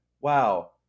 Wow